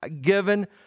given